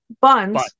buns